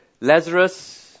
Lazarus